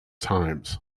times